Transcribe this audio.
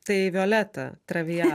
tai violeta travia